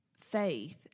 faith